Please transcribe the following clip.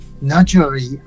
naturally